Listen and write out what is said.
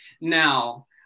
now